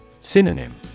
Synonym